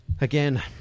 Again